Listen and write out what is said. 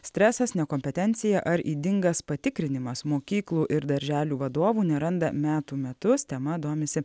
stresas nekompetencija ar ydingas patikrinimas mokyklų ir darželių vadovų neranda metų metus tema domisi